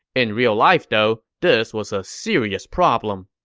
in real life, though, this was a serious problem.